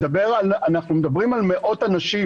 אנחנו מדברים על מאות אנשים,